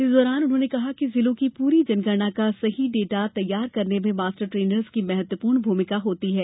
इस दौरान उन्होंने कहा कि जिलों की पूरी जनगणना का सही डाटा तैयार करने में मास्टर ट्रेनर्स की महत्वपूर्ण भूमिका होती है